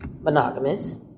monogamous